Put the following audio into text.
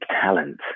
talent